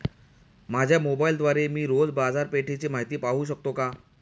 माझ्या मोबाइलद्वारे मी रोज बाजारपेठेची माहिती पाहू शकतो का?